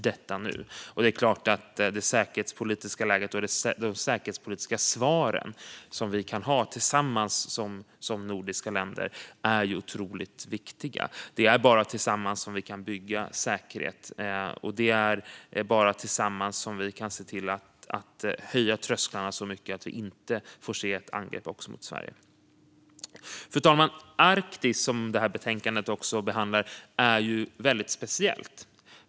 Det är klart att de säkerhetspolitiska svar som de nordiska länderna kan ha tillsammans är otroligt viktiga. Det är bara tillsammans vi kan bygga säkerhet, och det är bara tillsammans vi kan se till att höja trösklarna så mycket att vi inte får se ett angrepp också mot Sverige. Fru talman! Arktis, som också behandlas i betänkandet, är speciellt.